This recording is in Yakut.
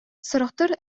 сорохтор